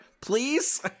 please